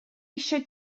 eisiau